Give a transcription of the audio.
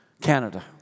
Canada